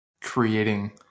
creating